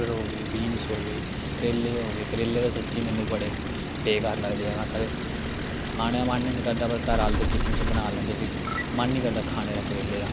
फिर हो गे बीन्स हो गे करेले हो गे करेले दे सच्ची मेनू बड़े बेकार लगदे ऐ में ते कदें खाने दा मन निं करदा पर घर आह्ले ते किचन च बना लैंदे फ्ही मन निं करदा खाने दा करेले दा